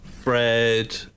Fred